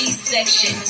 C-section